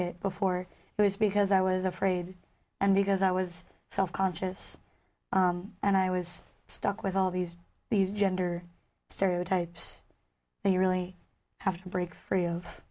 it before it was because i was afraid and because i was self conscious and i was stuck with all these these gender stereotypes they really have to break free of